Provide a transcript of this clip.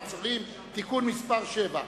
מעצרים) (תיקון מס' 7)